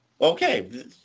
Okay